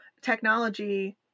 technology